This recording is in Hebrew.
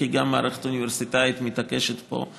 כי גם המערכת האוניברסיטאית מתעקשת פה.